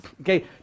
Okay